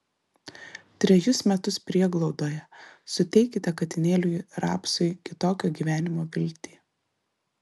trejus metus prieglaudoje suteikite katinėliui rapsui kitokio gyvenimo viltį